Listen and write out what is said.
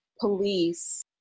police